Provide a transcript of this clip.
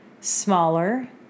smaller